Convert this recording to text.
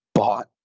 Bought